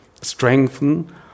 strengthen